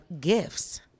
gifts